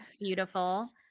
Beautiful